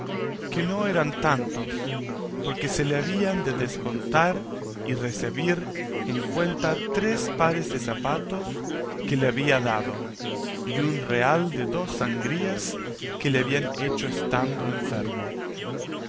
que no eran tantos porque se le habían de descontar y recebir en cuenta tres pares de zapatos que le había dado y un real de dos sangrías que le habían hecho estando enfermo